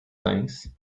things